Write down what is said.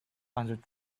hundred